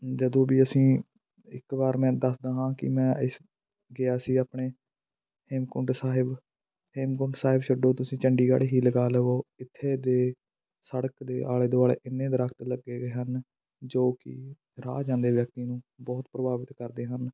ਜਦੋਂ ਵੀ ਅਸੀਂ ਇੱਕ ਵਾਰ ਮੈਂ ਦੱਸਦਾ ਹਾਂ ਕਿ ਮੈਂ ਇਸ ਗਿਆ ਸੀ ਅਪਣੇ ਹੇਮਕੁੰਟ ਸਾਹਿਬ ਹੇਮਕੁੰਟ ਸਾਹਿਬ ਛੱਡੋ ਤੁਸੀਂ ਚੰਡੀਗੜ੍ਹ ਹੀ ਲਗਾ ਲਵੋ ਇੱਥੇ ਦੇ ਸੜਕ ਦੇ ਆਲੇ ਦੁਆਲੇ ਇੰਨੇ ਦਰੱਖਤ ਲੱਗੇ ਵੇ ਹਨ ਜੋ ਕਿ ਰਾਹ ਜਾਂਦੇ ਵਿਅਕਤੀ ਨੂੰ ਬਹੁਤ ਪ੍ਰਭਾਵਿਤ ਕਰਦੇ ਹਨ